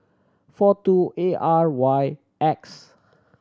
four two A R Y X